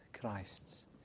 Christ's